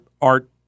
art